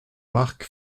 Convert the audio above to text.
marc